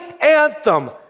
anthem